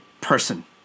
person